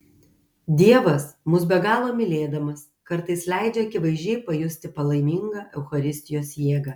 dievas mus be galo mylėdamas kartais leidžia akivaizdžiai pajusti palaimingą eucharistijos jėgą